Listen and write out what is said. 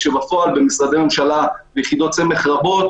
כשבפועל במשרדי ממשלה וביחידות סמך רבות